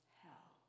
hell